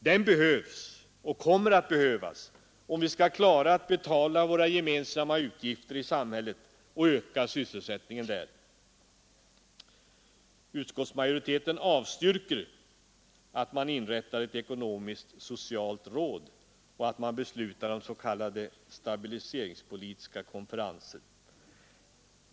Den behövs och kommer att behövas, om vi skall kunna betala våra gemensamma utgifter och öka sysselsättningen i samhället. Utskottsmajoriteten avstyrker förslaget att man inrättar ett ekonomiskt-socialt råd och beslutar om s.k. stabiliseringspolitiska konferenser.